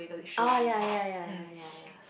orh ya ya ya ya ya ya